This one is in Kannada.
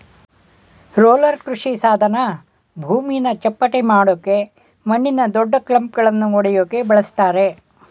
ರೋಲರ್ ಕೃಷಿಸಾಧನ ಭೂಮಿನ ಚಪ್ಪಟೆಮಾಡಕೆ ಮಣ್ಣಿನ ದೊಡ್ಡಕ್ಲಂಪ್ಗಳನ್ನ ಒಡ್ಯಕೆ ಬಳುಸ್ತರೆ